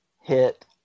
hit